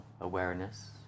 awareness